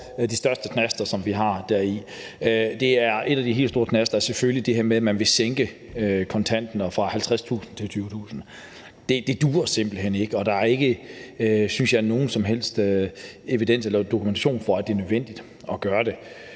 de største knaster, som vi ser i lovforslaget. En af de helt store knaster er selvfølgelig det her med, at man vil sænke det med kontanter fra 50.000 kr. til 20.000 kr. Det duer simpelt hen ikke, og der er ikke, synes jeg, nogen som helst evidens eller dokumentation for, at det er nødvendigt at gøre det.